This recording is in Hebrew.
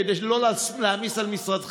כדי לא להעמיס על משרדך,